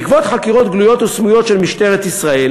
בעקבות חקירות גלויות וסמויות של משטרת ישראל